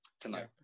tonight